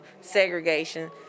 segregation